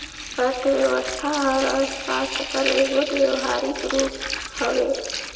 अर्थबेवस्था हर अर्थसास्त्र कर एगोट बेवहारिक रूप हवे